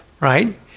right